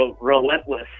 relentless